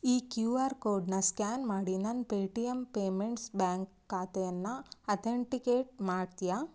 ಈ Q R ಕೋಡ್ನ scan ಮಾಡಿ ನನ್ನ Paytm payments bank ಖಾತೆಯನ್ನು ಅತೆಂಟಿಕೇಟ್ ಮಾಡ್ತೀಯಾ